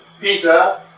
Peter